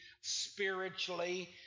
spiritually